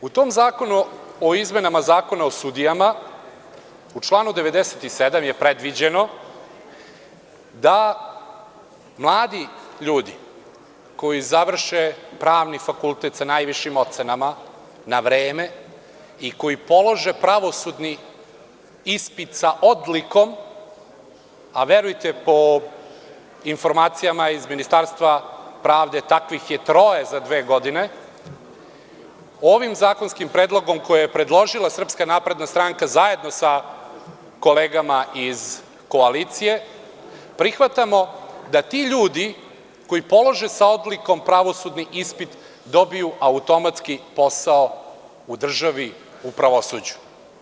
U tom zakonu o izmenama Zakona o sudijama, u članu 97. je predviđeno da mladi ljudi koji završe Pravni fakultet sa najvišim ocenama na vreme i koji polože pravosudni ispit sa odlikom, a verujte, po informacijama iz Ministarstva pravde takvih je troje za dve godine, ovim zakonskim predlogom koji je predložila SNS, zajedno sa kolegama iz koalicije, prihvatamo da ti ljudi koji polože sa odlikom pravosudni ispit, dobiju automatski posao u državi, u pravosuđu.